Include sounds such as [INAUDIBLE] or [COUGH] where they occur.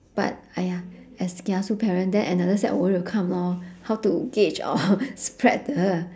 but !aiya! as kiasu parent then another set of worry will come lor how to gauge or [LAUGHS] spread the